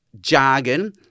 jargon